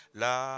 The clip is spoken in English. la